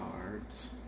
cards